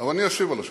אני אשיב על השאלות.